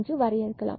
என்று வரையறுக்கலாம்